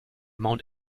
mount